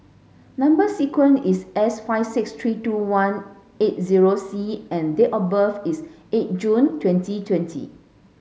number sequence is S five six three two one eight zero C and date of birth is eight June twenty twenty